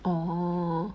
orh